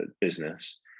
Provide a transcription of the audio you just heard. business